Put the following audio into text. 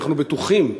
אנחנו בטוחים,